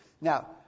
Now